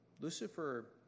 Lucifer